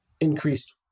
increased